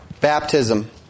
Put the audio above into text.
baptism